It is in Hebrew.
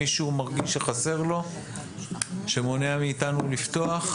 מי שהוא מרגיש שחסר לו, שמונע מאיתנו לפתוח?